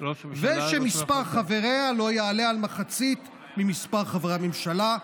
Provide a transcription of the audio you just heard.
ושמספר חבריה לא יעלה על מחצית ממספר חברי הממשלה".